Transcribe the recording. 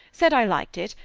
said i liked it,